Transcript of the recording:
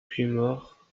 puymaure